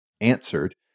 answered